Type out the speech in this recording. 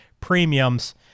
premiums